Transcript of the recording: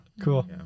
cool